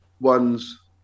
ones